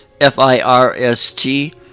F-I-R-S-T